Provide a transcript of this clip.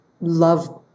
love